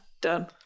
done